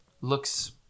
looks